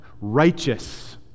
Righteous